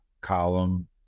column